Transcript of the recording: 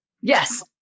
Yes